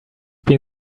been